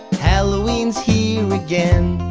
halloweens here again.